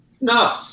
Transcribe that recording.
No